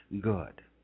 good